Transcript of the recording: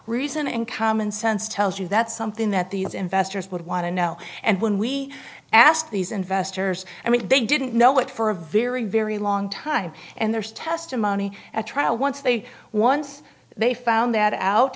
reason and common sense tells you that something that these investors would want to know and when we ask these investors i mean they didn't know it for a very very long time and there's testimony at trial once they once they found that out